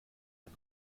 ein